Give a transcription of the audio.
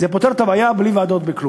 זה פותר את הבעיה בלי ועדות, בלי כלום.